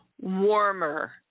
warmer